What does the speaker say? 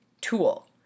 tool